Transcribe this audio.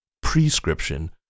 prescription